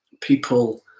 people